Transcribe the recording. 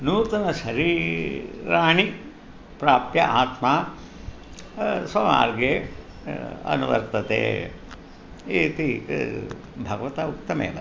नूतनशरीराणि प्राप्य आत्मा स्वमार्गे अनुवर्तते इति भगवता उक्तमेव